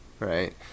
Right